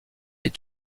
est